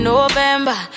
November